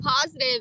positive